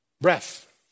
breath